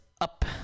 up